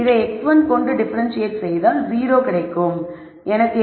இதை x1 கொண்டு differentiate செய்தால் 0 கிடைக்கும்